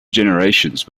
generations